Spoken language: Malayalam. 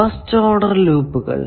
അതായതു ഫസ്റ്റ് ഓഡർ ലൂപ്പുകൾ